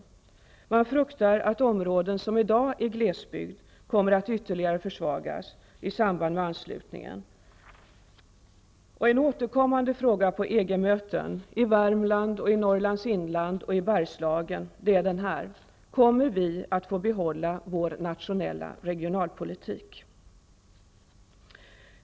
Man fruktar att områden som i dag är glesbygd kommer att ytterligare försvagas i samband med en EG En återkommande fråga på EG-möten i Värmland, Norrlands inland och Bergslagen är: Kommer vi att få behålla vår nationella regionalpolitik?